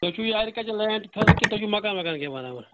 ژےٚ چھُے لینٛڈ ٹھزرَس کِنہٕ تُہۍ چھُو مَکان وکان کیٚنٛہہ بَناوان